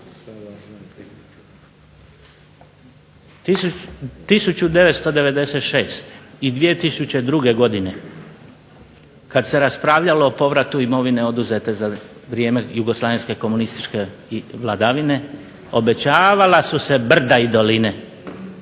1996. i 2002. godine kad se raspravljalo o povratu imovine oduzete za vrijeme jugoslavenske komunističke vladavine obećavala su se brda i doline,